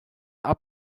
are